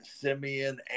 Simeon